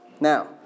Now